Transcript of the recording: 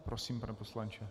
Prosím, pane poslanče.